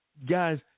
Guys